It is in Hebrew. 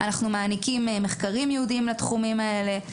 מעניקים מחקרים ייעודיים לתחומים האלה,